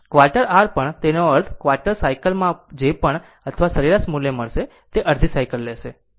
quarter r પણ તેનો અર્થ ક્વાર્ટર સાયકલ માં જે પણ અથવા સરેરાશ મૂલ્ય મળશે તે અડધી સાયકલ લેશે